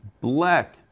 black